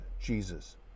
Jesus